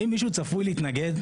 האם מישהו צפוי להתנגד?